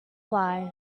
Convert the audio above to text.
fly